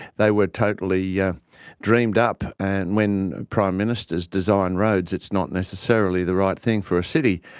they were totally yeah dreamed up, and when prime ministers design roads it's not necessarily the right thing for a city,